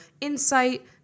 insight